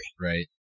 Right